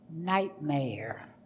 nightmare